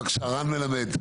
בבקשה רן מלמד.